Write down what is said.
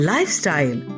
Lifestyle